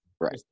right